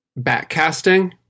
backcasting